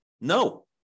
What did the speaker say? No